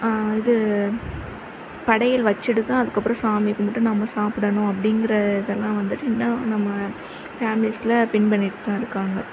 இது படையல் வச்சிட்டு தான் அதுக்கப்புறம் சாமி கும்பிட்டு நாம சாப்பிடணும் அப்படிங்கிற இதலாம் வந்துட்டு இன்னும் நம்ம ஃபேமிலிஸில் பின் பண்ணிட்டு தான் இருக்காங்க